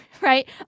Right